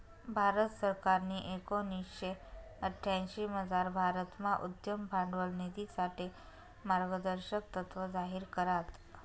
भारत सरकारनी एकोणीशे अठ्यांशीमझार भारतमा उद्यम भांडवल निधीसाठे मार्गदर्शक तत्त्व जाहीर करात